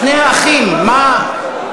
שני האחים, מה?